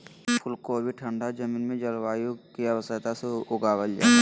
फूल कोबी ठंड जमीन में जलवायु की आवश्यकता से उगाबल जा हइ